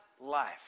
life